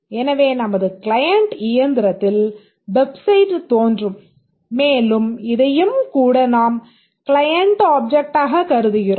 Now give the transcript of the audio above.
எனவே நமது கிளையன்ட் இயந்திரத்தில் வெப்சைட் தோன்றும் மேலும் இதையும் கூட நாம் க்ளையன்ட் ஆப்ஜெக்ட்டாகக் கருதுகிறோம்